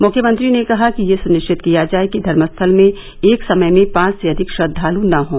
मुख्यमंत्री ने कहा कि यह सुनिश्चित किया जाए कि धर्म स्थल में एक समय में पांच से अधिक श्रद्वाल् न हों